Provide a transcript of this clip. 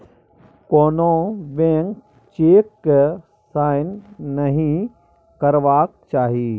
कोनो blank cheque केँ sign नहि करबाक चाही